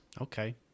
okay